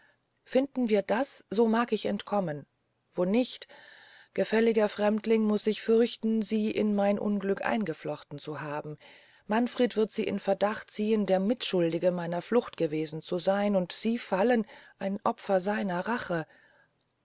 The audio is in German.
finden wir das so mag ich entkommen wo nicht gefälliger fremdling muß ich befürchten sie in mein unglück eingeflochten zu haben manfred wird sie in verdacht ziehen der mitschuldige meiner flucht gewesen zu seyn und sie fallen ein opfer seiner rache